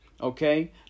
Okay